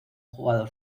jugador